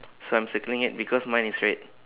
so I'm circling it because mine is red